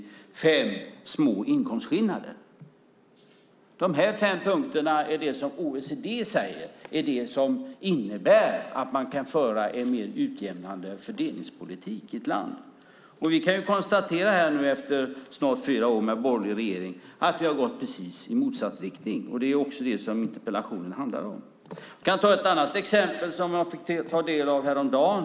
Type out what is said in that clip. Punkt fem är små inkomstskillnader. De här fem punkterna säger OECD innebär att man kan föra en mer utjämnande fördelningspolitik i ett land. Vi kan konstatera efter snart fyra år med borgerlig regering att vi har gått i precis motsatt riktning. Det är också det interpellationen handlar om. Jag kan ta ett annat exempel som jag fick ta del av häromdagen.